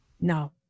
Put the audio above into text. No